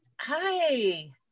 Hi